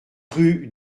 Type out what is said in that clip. rue